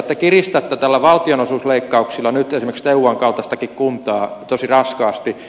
te kiristätte näillä valtionosuusleikkauksilla nyt esimerkiksi teuvan kaltaistakin kuntaa tosi raskaasti